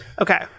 Okay